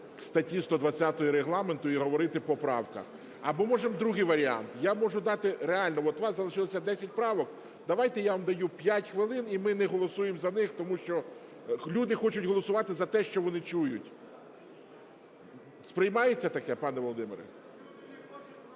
статті 120 Регламенту і говорити по правках, або можемо другий варіант. Я можу дати… Реально от у вас залишилося десять правок. Давайте я вам даю 5 хвилин, і ми не голосуємо за них, тому що люди хочуть голосувати за те, що вони чують. Сприймається таке, пане Володимире?